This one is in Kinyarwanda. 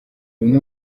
bimwe